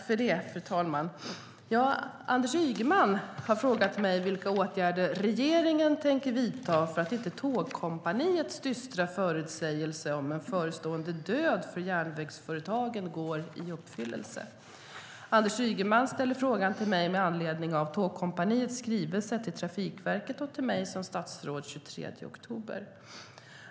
Fru talman! Anders Ygeman har frågat mig vilka åtgärder regeringen tänker vidta för att inte Tågkompaniets dystra förutsägelse om en förestående död för järnvägsföretagen går i uppfyllelse. Anders Ygeman ställer frågan till mig med anledning av Tågkompaniets skrivelse till Trafikverket och till mig som statsråd den 23 oktober.